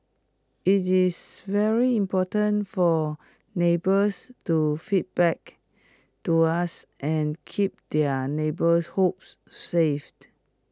IT is very important for neighbours to feedback to us and keep their neighbourhoods safe